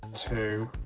two,